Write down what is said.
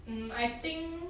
mm I think